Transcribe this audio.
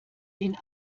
den